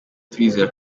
turizera